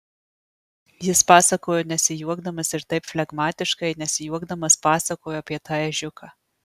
jis pasakojo nesijuokdamas ir taip flegmatiškai nesijuokdamas pasakojo apie tą ežiuką